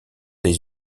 des